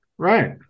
Right